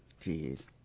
Jeez